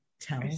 tell